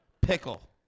Pickle